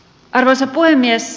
arvoisa puhemies